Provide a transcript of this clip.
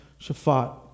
Shaphat